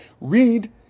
read